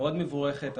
עלייה מבורכת.